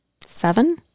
Seven